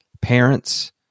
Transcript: Parents